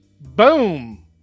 Boom